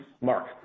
Mark